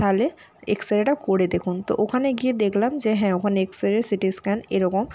তাহলে X ray টা করে দেখুন তো ওখানে গিয়ে দেকলাম যে হ্যাঁ ওখানে এক্স রে সিটি স্ক্যান এইরকম